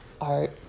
art